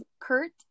Kurt